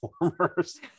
performers